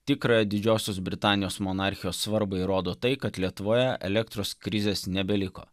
tikrą didžiosios britanijos monarchijos svarbą įrodo tai kad lietuvoje elektros krizės nebeliko